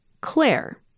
Claire